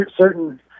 certain